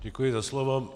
Děkuji za slovo.